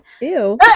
Ew